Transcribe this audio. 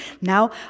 Now